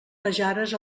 pajares